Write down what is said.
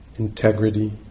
integrity